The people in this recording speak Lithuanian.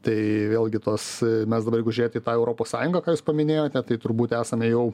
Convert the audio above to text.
tai vėlgi tos mes dabar jeigu žiūrėt į tą europos sąjungą ką jūs paminėjote tai turbūt esame jau